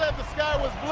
the sky was